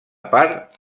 part